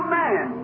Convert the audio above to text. man